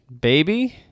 baby